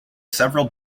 several